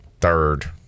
third